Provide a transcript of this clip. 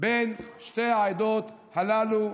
בין שתי העדות הללו.